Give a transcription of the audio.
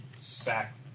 sack